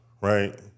right